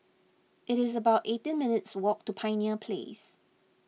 it is about eighteen minutes' walk to Pioneer Place